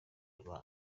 abana